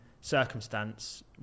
circumstance